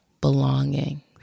belonging